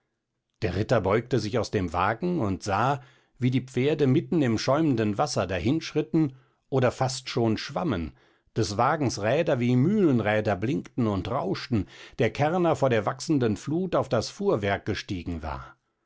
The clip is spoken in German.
der ritter beugte sich aus dem wagen und sah wie die pferde mitten im schäumenden wasser dahinschritten oder fast schon schwammen des wagens räder wie mühlenräder blinkten und rauschten der kärrner vor der wachsenden flut auf das fuhrwerk gestiegen war